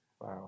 Wow